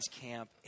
Camp